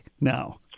now